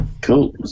Cool